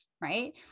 right